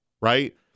right